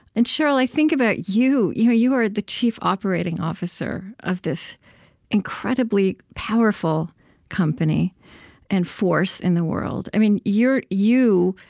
and sheryl, i think about you. you you are the chief operating officer of this incredibly powerful company and force in the world. i mean, you,